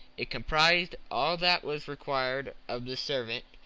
it comprised all that was required of the servant,